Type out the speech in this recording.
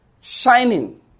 Shining